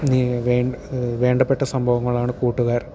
വേ വേണ്ടപ്പെട്ട സംഭവങ്ങളാണ് കൂട്ടുകാർ